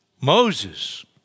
Moses